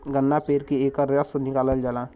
गन्ना पेर के एकर रस निकालल जाला